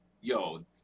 Yo